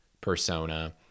persona